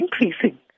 increasing